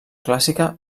clàssica